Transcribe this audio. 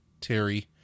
Terry